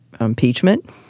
impeachment—